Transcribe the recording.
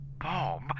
Bob